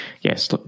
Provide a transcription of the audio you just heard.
yes